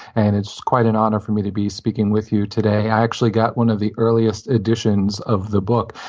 and it's quite an honor for me to be speaking with you today. i actually got one of the earliest editions of the book.